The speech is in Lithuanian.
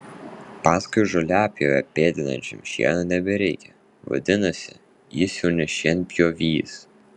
paskui žoliapjovę pėdinančiam šieno nebereikia vadinasi jis jau ne šienpjovys